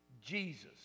Jesus